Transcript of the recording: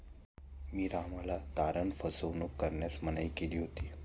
मी रामला तारण फसवणूक करण्यास मनाई केली होती